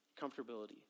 comfortability